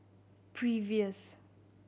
previous